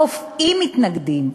הרופאים מתנגדים,